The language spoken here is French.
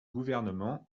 gouvernement